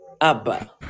Abba